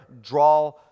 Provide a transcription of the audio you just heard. draw